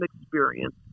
experience